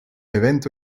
evento